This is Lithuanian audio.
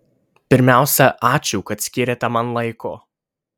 pirmiausia ačiū kad skyrėte man laiko